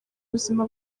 buzima